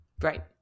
Right